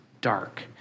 dark